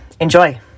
Enjoy